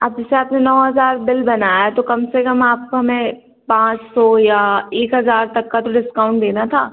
अब जैसे आपने नौ हज़ार बिल बनाया है तो कम से कम आपको हमें पाँच सौ या एक हज़ार तक का तो डिस्काउंट देना था